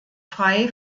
frei